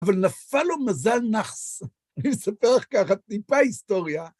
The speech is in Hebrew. אבל נפל לו מזל נאחס, אני מספר לך ככה, טיפה היסטוריה.